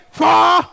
four